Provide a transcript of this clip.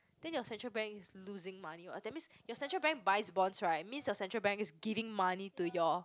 then your Central Bank is losing money what that's mean your Central Bank buys bonds right means your Central Bank is giving money to your